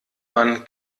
man